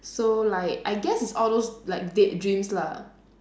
so like I guess it's all those like vague dreams lah